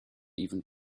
even